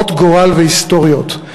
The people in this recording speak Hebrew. הרות גורל והיסטוריות.